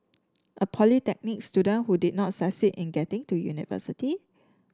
a polytechnic student who did not succeed in getting to university